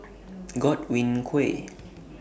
Godwin Koay